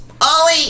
Ollie